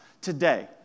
today